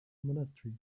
monastery